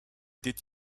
did